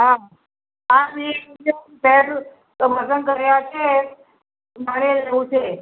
હા તો લગ્ન કર્યાં છે મારે રહેવું છે